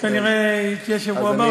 אז כנראה היא תהיה בשבוע הבא,